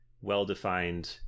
well-defined